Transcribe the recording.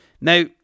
Now